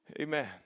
Amen